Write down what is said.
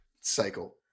cycle